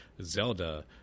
Zelda